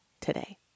today